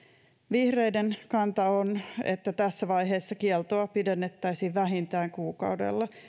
vihreiden kanta on että tässä vaiheessa kieltoa pidennettäisiin vähintään kuukaudella